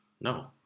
No